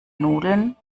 nudeln